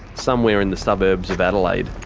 somewhere in the suburbs of adelaide.